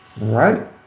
right